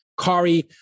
Kari